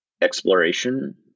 exploration